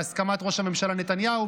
בהסכמת ראש הממשלה נתניהו,